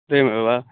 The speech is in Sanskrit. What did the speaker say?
द्वयमेव वा